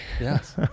Yes